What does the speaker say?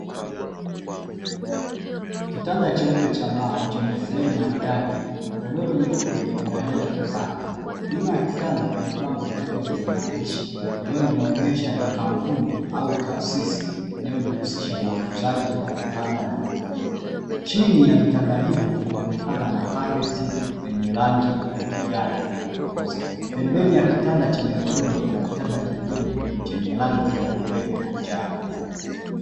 Kitanda cheupe cha mbao chenye fremu maridadi, godoro jeupe limelalia kitanda, nyuma ya kitanda kuna bango kubwa lenye maandishi ambalo linaonyesha ni kampuni au taasisi inayojihusisha na uuzaji wa vitanda na magodoro. Chini ya vitanda hivyo kunaonekana kuna kapeti lenye rangi ya kijani iliyokooza, pembeni ya kitanda chenye godoro kuna kitanda kingine chenye rangi nyeupe na njano.